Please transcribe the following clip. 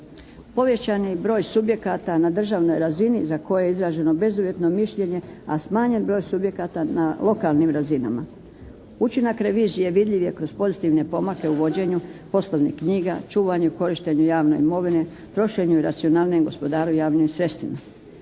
Povećani broj subjekata na državnoj razini za koje je izraženo bezuvjetno mišljenje, a smanjen broj subjekata na lokalnim razinama. Učinka revizije vidljiv je kroz pozitivne pomake u vođenju poslovnih knjiga, čuvanju i korištenju javne imovine, trošenju i racionalnijem gospodarenju javnih cestama.